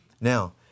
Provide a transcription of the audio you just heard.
Now